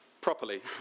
properly